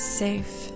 safe